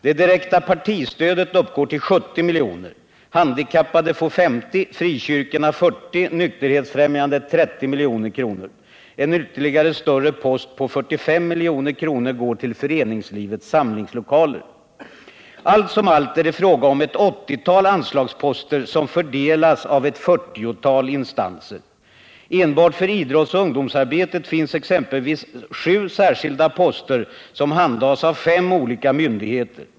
Det direkta partistödet uppgår till 70 miljoner. Handikapparbetet får 50, frikyrkorna 40 och nykterhetsfrämjandet 30 milj.kr. Ytterligare en större post på 45 miljoner går till föreningslivets samlingslokaler. Allt som allt är det fråga om ett åttiotal anslagsposter, som fördelas av ett fyrtiotal instanser. Enbart för idrottsoch ungdomsarbetet finns exempelvis sju särskilda poster, som handhas av fem olika myndigheter.